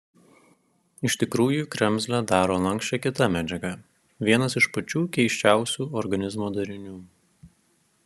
iš tikrųjų kremzlę daro lanksčią kita medžiaga vienas iš pačių keisčiausių organizmo darinių